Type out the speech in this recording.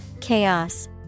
chaos